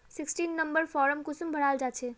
Sixteen number form कुंसम भराल जाछे?